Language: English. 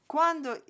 Quando